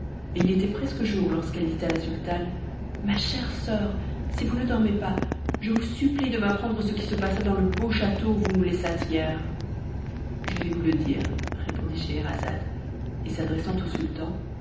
et il était presque jour lorsqu'elle dit à la sultane ma chère soeur si vous ne dormez pas je vous supplie de m'apprendre ce qui se passa dans le beau château où vous nous laissâtes hier je vais vous le dire répondit scheherazade et s'adressant au sultan